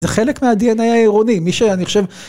שלום וברכה, זאת מציאות